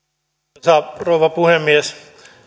arvoisa rouva puhemies